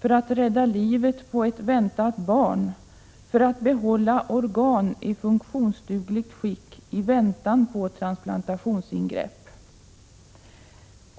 för att rädda livet på ett väntat barn, för att behålla organ i funktionsdugligt skick i väntan på transplantationsingrepp.